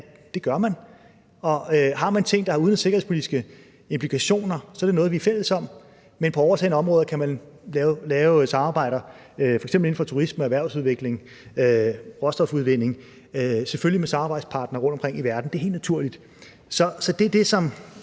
den tillid. Har man ting, der har udenrigs- og sikkerhedspolitiske implikationer, er det noget, vi er fælles om, men på overtagne områder kan man selvfølgelig lave samarbejder, f.eks. inden for turisme, erhvervsudvikling og råstofudvinding, med samarbejdspartnere rundtomkring i verden; det er helt naturligt. Det er det, som